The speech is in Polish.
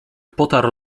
potarł